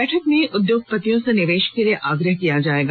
बैठक में उद्योगपतियों से निवेश के लिए आग्रह किया जाएगा